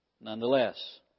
nonetheless